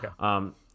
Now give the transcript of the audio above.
Okay